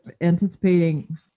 anticipating